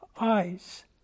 eyes